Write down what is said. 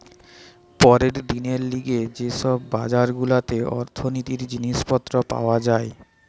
পরের দিনের লিগে যে সব বাজার গুলাতে অর্থনীতির জিনিস পত্র পাওয়া যায়